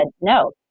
no